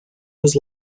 was